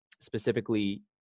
specifically